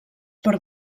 per